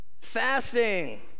Fasting